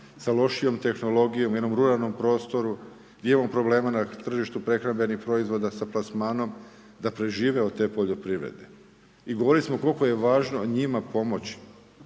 sa lošijom tehnologijom u jednom ruralnom prostoru gdje imamo problema na tržištu prehrambenih proizvoda sa plasmanom, da prežive od te poljoprivrede. Govorili smo koliko je važno njima pomoći.